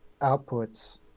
outputs